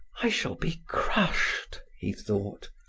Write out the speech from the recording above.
i shall be crushed, he thought.